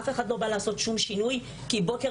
אף אחד לא בא לעשות שום שינוי כי בוקר